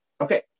Okay